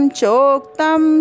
Choktam